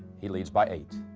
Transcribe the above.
he leads by eight.